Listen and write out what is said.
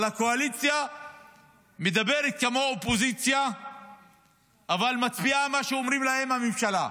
אבל הקואליציה מדברת כמו אופוזיציה אבל מצביעה מה שאומרת לה הממשלה.